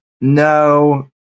no